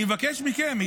אני מבקש מכם,